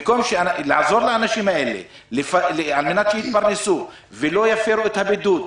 לעזור לאנשים האלה על מנת שיתפרנסו ולא יפרו את הבידוד,